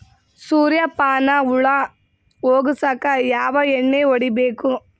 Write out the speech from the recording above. ಸುರ್ಯಪಾನ ಹುಳ ಹೊಗಸಕ ಯಾವ ಎಣ್ಣೆ ಹೊಡಿಬೇಕು?